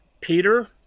Peter